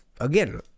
again